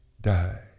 die